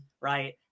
right